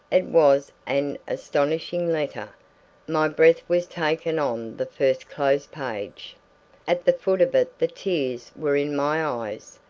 it was an astonishing letter my breath was taken on the first close page at the foot of it the tears were in my eyes.